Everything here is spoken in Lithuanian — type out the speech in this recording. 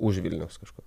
už vilniaus kažkur